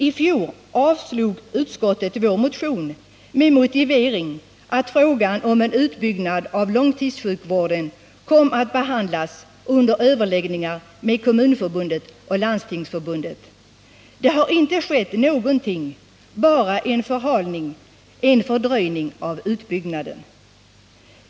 I fjol avstyrkte utskottet vår motion med motiveringen att frågan om en utbyggnad av långtidssjukvården skulle behandlas i överläggningen med Kommunförbundet och Landstingsförbundet. Men det har inte skett någonting, utan det har bara blivit en förhalning och en fördröjning av utbyggnaden.